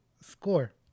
score